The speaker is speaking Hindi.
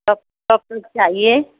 चाहिए